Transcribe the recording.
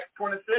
26